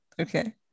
Okay